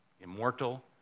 immortal